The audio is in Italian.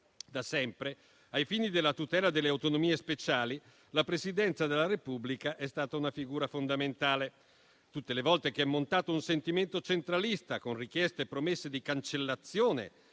Da sempre, ai fini della tutela delle autonomie speciali, la Presidenza della Repubblica è stata una figura fondamentale. Tutte le volte che è montato un sentimento centralista, con richieste e promesse di cancellazione